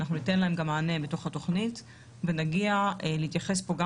ניתן להן גם מענה בתוך התוכנית ונגיע להתייחס פה גם